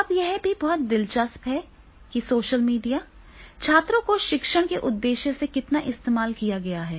अब यह भी बहुत दिलचस्प है कि सोशल मीडिया छात्रों को शिक्षण के उद्देश्य से कितना इस्तेमाल किया गया था